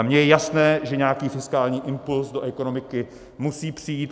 Mně je jasné, že nějaký fiskální impuls do ekonomiky musí přijít.